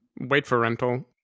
Wait-for-rental